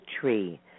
tree